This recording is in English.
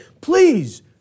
please